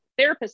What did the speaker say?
therapists